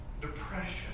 depression